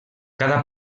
cada